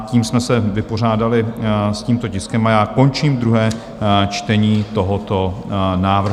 Tím jsme se vypořádali s tímto tiskem a končím druhé čtení tohoto návrhu.